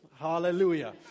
Hallelujah